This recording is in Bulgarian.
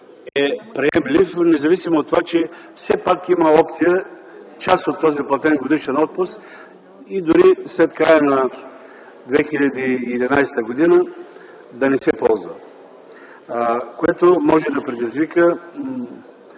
е приемлив, независимо от това, че все пак има опция част от този платен годишен отпуск дори и след края на 2011 г. да не се ползва, което може и да предизвика